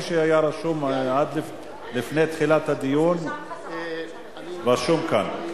כל מי שהיה רשום לפני תחילת הדיון רשום כאן.